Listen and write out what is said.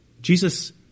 Jesus